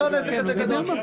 זה לא נזק כזה גדול.